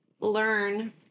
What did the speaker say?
learn